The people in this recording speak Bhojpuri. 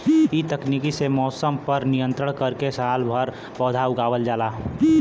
इ तकनीक से मौसम पर नियंत्रण करके सालभर पौधा उगावल जाला